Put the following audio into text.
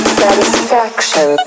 satisfaction